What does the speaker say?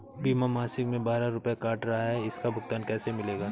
बीमा मासिक में बारह रुपय काट रहा है इसका भुगतान कैसे मिलेगा?